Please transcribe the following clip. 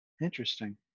Interesting